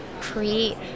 create